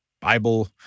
Bible